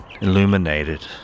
Illuminated